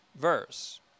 verse